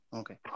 okay